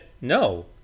no